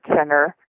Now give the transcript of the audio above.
Center